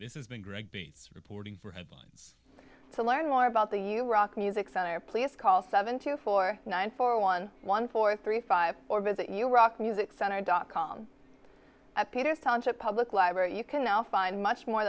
this is been great beats reporting for headlines to learn more about the new rock music cellar please call seven two four nine four one one four three five or visit new rock music center dot com a peters township public library you can now find much more